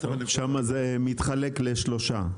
שם זה מתחלק לשלושה,